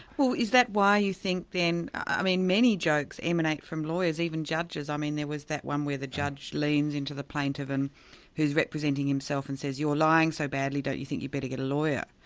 is that why you think then i mean many jokes emanate from lawyers, even judges, i mean there was that one where the judge leans into the plaintiff and who's representing himself and says, you're lying so badly, don't you think you'd better get a lawyer?